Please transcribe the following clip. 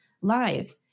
live